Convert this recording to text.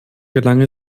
gelang